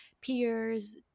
peers